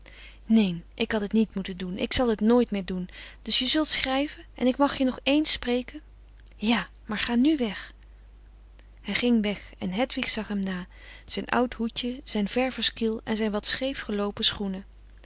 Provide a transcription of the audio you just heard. neen ik had het niet moeten doen ik zal het nooit meer doen dus je zult schrijven en ik mag je nog ééns spreken ja maar ga nu weg hij ging weg en hedwig zag hem na zijn oud hoedje zijn ververskiel en zijn wat scheef geloopen schoenen